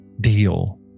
deal